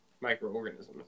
microorganisms